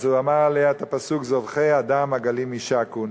הוא אמר עליה את הפסוק: "זֹבחי אדם עגלים ישָקון".